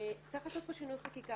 צריך פשוט פה שינוי חקיקה,